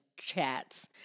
chats